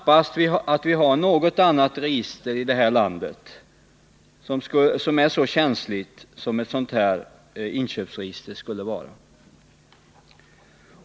Jag tror knappast att något annat register i det här landet är så känsligt som ett inköpsregister skulle bli.